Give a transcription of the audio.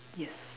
yes